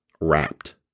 wrapped